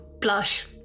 Blush